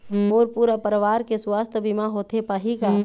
मोर पूरा परवार के सुवास्थ बीमा होथे पाही का?